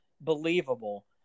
believable